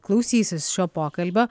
klausysis šio pokalbio